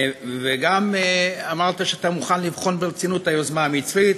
גם אמרת שאתה מוכן לבחון ברצינות את היוזמה המצרית,